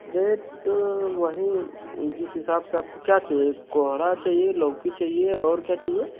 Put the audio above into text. rate तो वही जिस हिसाब से आपको क्या चाहिए कोहणा चाहिए लौकी चाहिए और क्या चाहिए